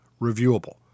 reviewable